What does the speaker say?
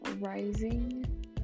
rising